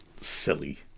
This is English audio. silly